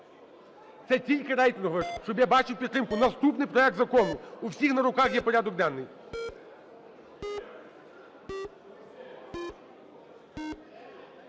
Це тільки рейтингове, щоб я бачив підтримку. Наступний проект закону, у всіх на руках є порядок денний.